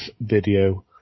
video